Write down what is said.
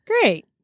Great